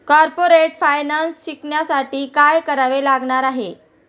Corporate finance शिकण्यासाठी काय करावे लागणार आहे?